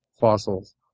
fossils